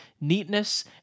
neatness